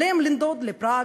עליהם לנדוד לפראג,